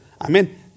amen